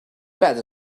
better